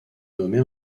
nommée